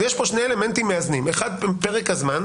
יש פה שני אלמנטים מאזנים אחד פרק הזמן.